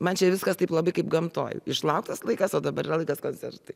man čia viskas taip labai kaip gamtoj išlauktas laikas o dabar yra laikas koncertui